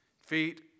feet